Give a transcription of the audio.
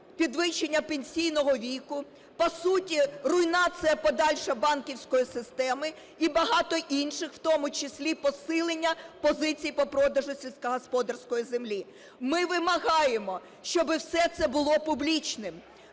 підвищення пенсійного віку, по суті, руйнація подальша банківської системи і багато інших, в тому числі посилення позиції по продажу сільськогосподарської землі. Ми вимагаємо, щоби все це було публічним,